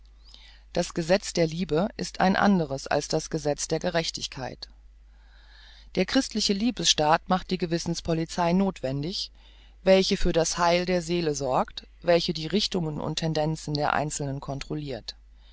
das gesetz der liebe ist ein anderes als das gesetz der gerechtigkeit der christliche liebesstaat macht die gewissenspolizei nothwendig welche für das heil der seelen sorgt welche die richtungen und tendenzen der einzelnen controllirt